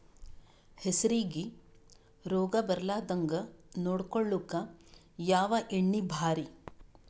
ಹೆಸರಿಗಿ ರೋಗ ಬರಲಾರದಂಗ ನೊಡಕೊಳುಕ ಯಾವ ಎಣ್ಣಿ ಭಾರಿ?